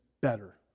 better